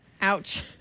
Ouch